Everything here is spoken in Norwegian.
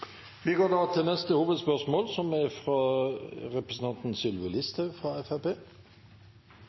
Vi går da til neste hovedspørsmål. Det er